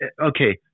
Okay